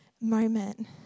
moment